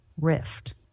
rift